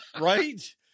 Right